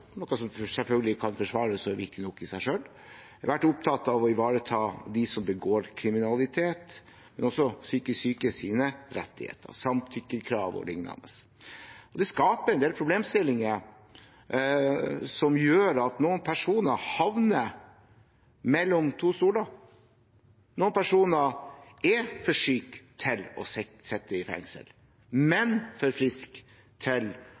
kan forsvares og er viktig nok i seg selv, vært opptatt av å ivareta dem som begår kriminalitet, men også psykisk sykes rettigheter, samtykkekrav, o.l. Det skaper en del problemstillinger som gjør at noen personer havner mellom to stoler, at noen personer er for syke til å sitte i fengsel, men for friske til